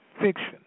fiction